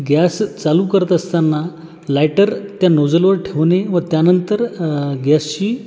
gas चालू करत असताना लायटर त्या नोझलवर ठेवणे व त्यानंतर गॅसची